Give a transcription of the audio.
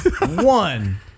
One